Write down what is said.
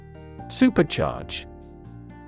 Supercharge